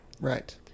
Right